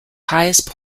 highest